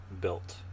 built